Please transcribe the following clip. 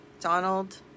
Donald